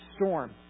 storm